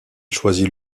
choisit